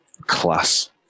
Class